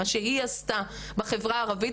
מה שהיא עשתה בחברה הערבית,